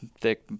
thick